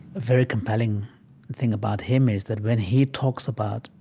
very compelling thing about him is that, when he talks about,